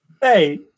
Hey